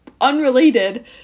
unrelated